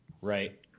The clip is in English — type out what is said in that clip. Right